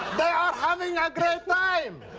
they are having a great time.